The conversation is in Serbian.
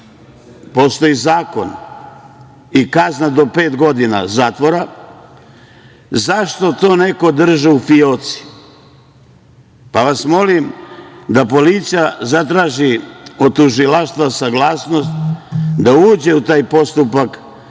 postoji zakon i kazna do pet godina zatvora, zašto je to neko držao u fijoci? Molim vas da policija zatraži od tužilaštva saglasnost da uđe u taj postupak